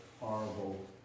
horrible